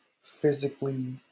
Physically